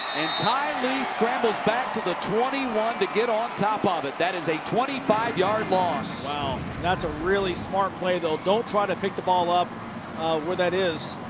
and ty lee scrambles back to the twenty one to get on top of it. that is a twenty five yard loss. wow, that's a really smart play. they'll try to pick the ball up where that is.